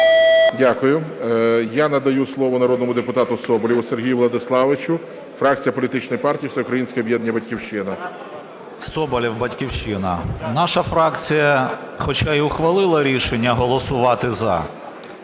Дякую. Я надаю слово народному депутату Соболєву Сергію Владиславовичу, фракція політичної партії Всеукраїнське об'єднання "Батьківщина". 15:25:38 СОБОЛЄВ С.В. Соболєв, "Батьківщина". Наша фракція хоча і ухвалила рішення голосувати "за",